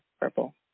purple